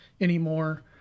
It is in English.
anymore